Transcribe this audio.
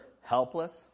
helpless